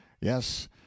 Yes